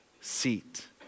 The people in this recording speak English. seat